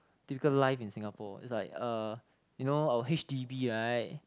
typical life in Singapore it's like uh you know our h_d_b right